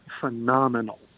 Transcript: phenomenal